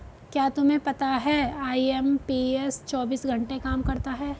क्या तुम्हें पता है आई.एम.पी.एस चौबीस घंटे काम करता है